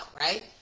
right